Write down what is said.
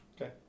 Okay